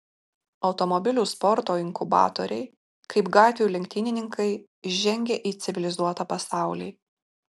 automobilių sporto inkubatoriai kaip gatvių lenktynininkai žengia į civilizuotą pasaulį